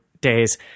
days